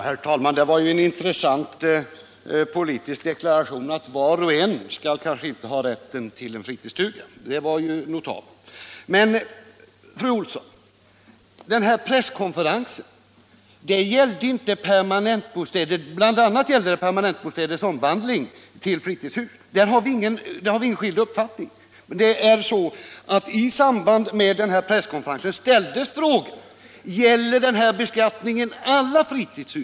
Herr talman! Det var en intressant politisk deklaration att var och en kanske inte skall ha rätt att ha en fritidsstuga i framtiden. Det var ju notabelt. Men, fru Olsson, presskonferensen gällde inte bara permanentbostäder. Den gällde bl.a. permanentbostäders omvandling till fritidshus, och på den punkten har vi inga delade meningar. Men i samband med presskonferensen ställdes frågan: Avser den här beskattningen alla fritidshus?